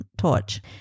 torch